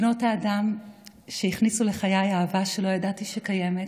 בנות האדם שהכניסו לחיי אהבה שלא ידעתי שקיימת,